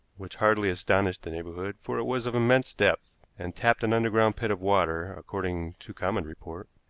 which hardly astonished the neighborhood, for it was of immense depth, and tapped an underground pit of water, according to common report.